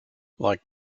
like